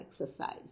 exercise